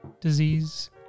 disease